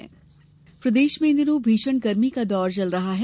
मौसम गर्मी प्रदेश में इन दिनों भीषण गर्मी का दौर चल रहा है